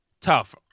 tough